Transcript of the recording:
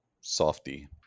softy